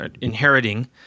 inheriting